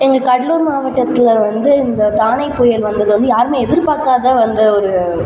எங்கள் கடலூர் மாவட்டத்தில் வந்து இந்த தானே புயல் வந்தது வந்து யாருமே எதிர்பார்க்காத வந்த ஒரு